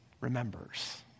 remembers